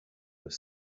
with